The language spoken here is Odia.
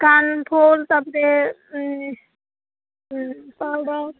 କାନ ଫୁଲ ତାପରେ ପାଉଡ଼ର